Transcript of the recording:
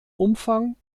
umfang